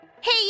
Hey